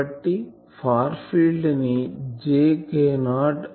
కాబట్టి far field ని jK0 I